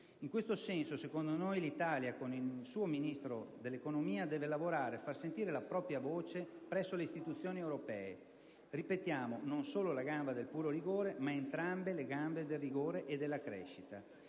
In questo senso - secondo noi - l'Italia, con il suo Ministro dell'economia, deve lavorare e far sentire la propria voce presso le istituzioni europee. Ripetiamo: non la sola gamba del puro rigore, ma entrambe le gambe del rigore e della crescita.